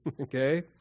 okay